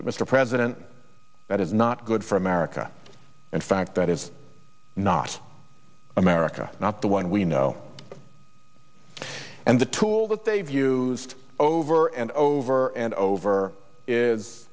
mr president that is not good for america in fact that is not america not the one we know and the tool that they've used over and over and over is